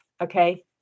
Okay